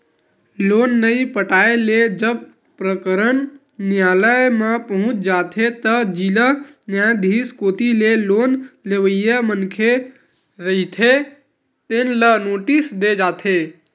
loan नइ पटाए ले जब प्रकरन नियालय म पहुंच जाथे त जिला न्यायधीस कोती ले लोन लेवइया मनखे रहिथे तेन ल नोटिस दे जाथे